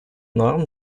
норм